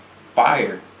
Fire